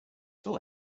still